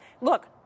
Look